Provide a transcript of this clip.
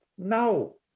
No